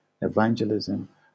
Evangelism